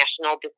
National